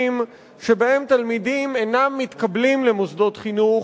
שבהם תלמידים אינם מתקבלים למוסדות חינוך,